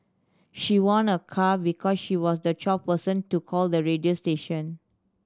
she won a car because she was the twelfth person to call the radio station